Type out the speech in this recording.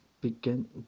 begin